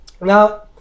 Now